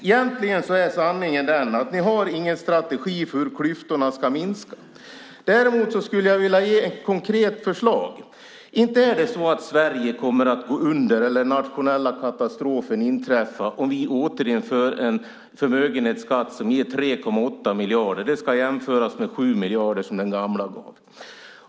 Egentligen är sanningen den att ni inte har någon strategi för hur klyftorna ska minska. Jag skulle vilja ge ett konkret förslag. Det är inte så att Sverige kommer att gå under eller att en nationell katastrof kommer att inträffa om vi återinför en förmögenhetsskatt som ger 3,8 miljarder. Det ska jämföras med 7 miljarder som den gamla gav.